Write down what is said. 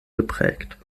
geprägt